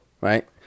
right